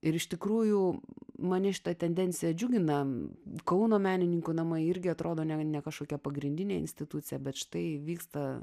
ir iš tikrųjų mane šita tendencija džiugina kauno menininkų namai irgi atrodo ne ne kažkokia pagrindinė institucija bet štai vyksta